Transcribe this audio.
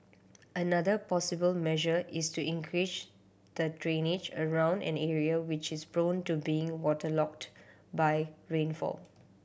another possible measure is to increase the drainage around an area which is prone to being waterlogged by rainfall